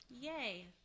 Yay